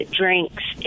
drinks